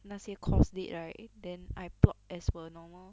那些 course date right then I plot as per normal